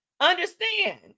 understand